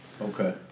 Okay